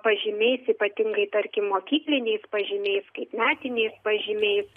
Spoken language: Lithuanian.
pažymiais ypatingai tarkim mokykliniais pažymiais kaip metiniais pažymiais